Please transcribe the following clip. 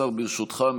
ברשותך,